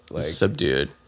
subdued